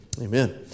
amen